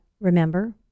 remember